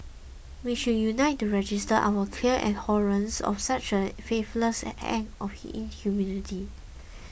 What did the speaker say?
we should unite to register our clear abhorrence of such a faithless act of inhumanity